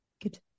Good